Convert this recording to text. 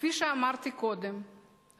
כפי שאמרתי קודם,